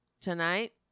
Tonight